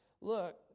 Look